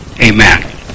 Amen